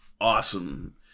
awesome